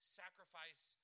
sacrifice